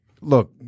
look